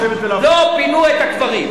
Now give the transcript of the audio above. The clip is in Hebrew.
המציאות היתה שבממשלת קדימה לא פינו את הקברים.